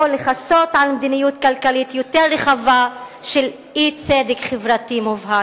יכול לכסות על מדיניות כלכלית יותר רחבה של אי-צדק חברתי מובהק.